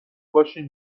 باشین